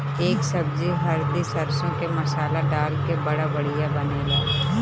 एकर सब्जी हरदी सरसों के मसाला डाल के बड़ा बढ़िया बनेला